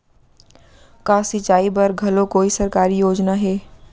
का सिंचाई बर घलो कोई सरकारी योजना हे?